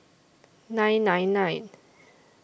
nine nine nine